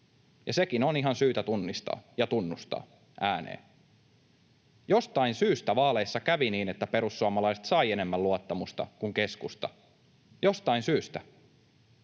sekin on ihan syytä tunnistaa ja tunnustaa ääneen. Jostain syystä vaaleissa kävi niin, että perussuomalaiset saivat enemmän luottamusta kuin keskusta — jostain syystä.